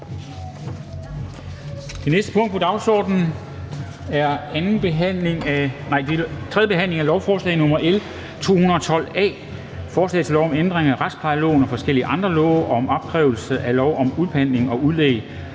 Det næste punkt på dagsordenen er: 20) 3. behandling af lovforslag nr. L 212 A: Forslag til lov om ændring af retsplejeloven og forskellige andre love og om ophævelse af lov om udpantning og om udlæg